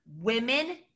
women